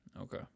Okay